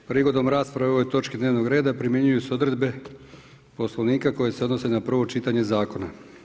Prigodom rasprave o ovoj točci dnevnog primjenjuju se odredbe Poslovnika koje se odnose na prvo čitanje zakona.